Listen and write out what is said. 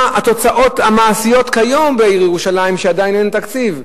מה התוצאות המעשיות כיום בעיר ירושלים כשעדיין אין תקציב?